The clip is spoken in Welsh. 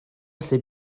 allu